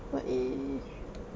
what if